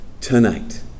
tonight